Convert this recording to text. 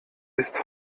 ist